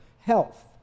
Health